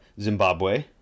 Zimbabwe